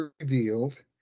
revealed